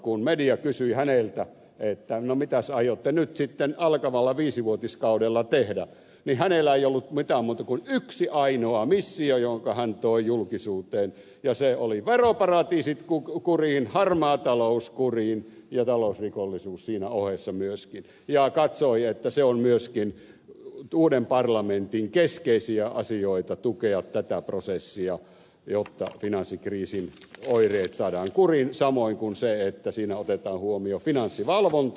kun media kysyi häneltä mitäs aiotte nyt sitten alkavalla viisivuotiskaudella tehdä niin hänellä ei ollut mitään muuta kuin yksi ainoa missio jonka hän toi julkisuuteen ja se oli veroparatiisit kuriin harmaa talous kuriin ja talousrikollisuus siinä ohessa myöskin ja hän katsoi että on myöskin uuden parlamentin keskeisiä asioita tukea tätä prosessia jotta finanssikriisin oireet saadaan kuriin samoin kuin se että siinä otetaan huomioon finanssivalvonta